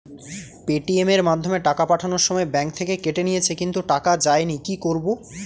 Paytm এর মাধ্যমে টাকা পাঠানোর সময় ব্যাংক থেকে কেটে নিয়েছে কিন্তু টাকা যায়নি কি করব?